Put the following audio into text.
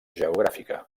geogràfica